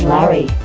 Larry